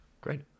great